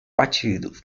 partidos